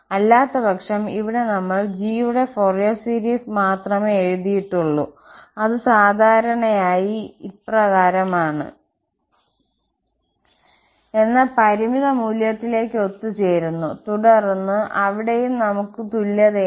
അല്ലാത്തപക്ഷം ഇവിടെ നമ്മൾ g യുടെ ഫൊറിയർ സീരീസ് മാത്രമേ എഴുതിയിട്ടുള്ളൂ അത് സാധാരണയായി എന്ന പരിമിത മൂല്യത്തിലേക്ക് ഒത്തുചേരുന്നു തുടർന്ന് അവിടെയും നമുക്ക് തുല്യതയുണ്ട്